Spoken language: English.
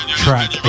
track